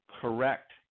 correct